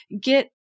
get